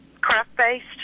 craft-based